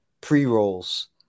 pre-rolls